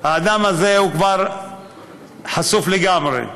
האדם הזה הוא כבר חשוף לגמרי.